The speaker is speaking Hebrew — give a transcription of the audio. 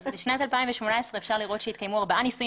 בשנת 2018 אפשר לראות שהתקיימו ארבעה ניסויים